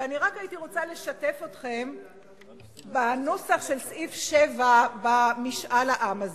אני רק רוצה לשתף אתכם בנוסח של סעיף 7 בהצעת חוק משאל העם הזאת.